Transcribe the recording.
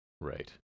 right